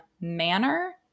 manner